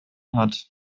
hat